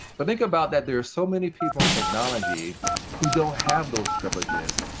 but think about that there are so many people in technology who don't have those privileges.